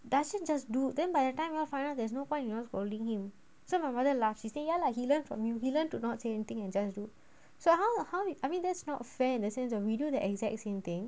dasson why just do then by the time you all find out there's no point you all scolding him then my mother laugh she say ya lah he learned from you he learn to not say anything and just do so how how it I mean that's not fair in the sense that we do the exact same thing